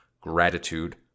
gratitude